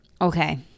Okay